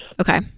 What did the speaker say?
Okay